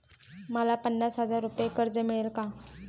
मला पन्नास हजार रुपये कर्ज मिळेल का?